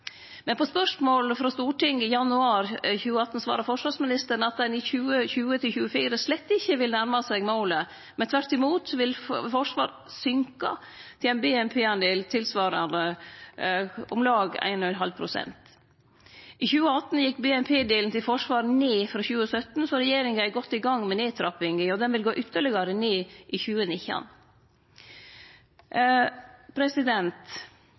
Men på spørsmål frå Stortinget i januar 2018 svara forsvarsministeren at ein i 2020–2024 slett ikkje vil nærme seg målet, tvert imot vil BNP-delen til forsvar gå ned tilsvarande om lag 1,5 pst. I 2018 gjekk BNP-delen til forsvar ned frå 2017, så regjeringa er godt i gang med nedtrappinga, og han vil gå ytterlegare ned i 2019.